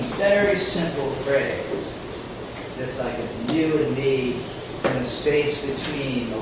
very simple phrase that's like you and me and the space between,